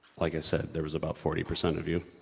like, i said, there was about forty percent of you.